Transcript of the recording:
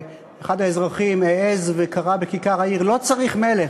ואחד האזרחים העז וקרא בכיכר העיר: לא צריך מלך.